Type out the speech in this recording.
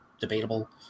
debatable